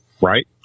right